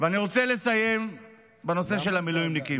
ואני רוצה לסיים בנושא של המילואימניקים.